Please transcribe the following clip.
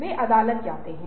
वह क्या कार्य करता है